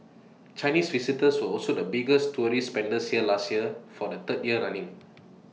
Chinese visitors were also the biggest tourist spenders here last year for the third year running